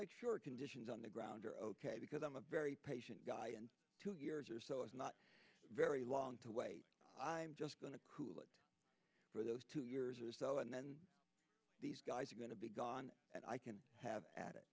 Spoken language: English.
make sure conditions on the ground are ok because i'm a very patient guy and two years or so is not very long to wait i'm just going to cool it for those two years or so and then these guys are going to be gone and i can have at it